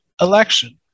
election